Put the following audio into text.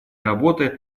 работы